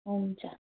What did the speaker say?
हुन्छ